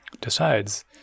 decides